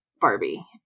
Barbie